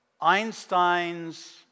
Einstein's